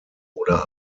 oder